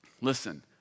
Listen